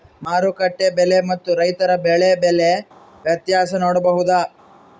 ಮಾರುಕಟ್ಟೆ ಬೆಲೆ ಮತ್ತು ರೈತರ ಬೆಳೆ ಬೆಲೆ ವ್ಯತ್ಯಾಸ ನೋಡಬಹುದಾ?